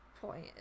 point